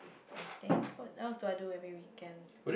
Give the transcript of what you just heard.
I think what else do I do every weekend